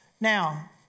Now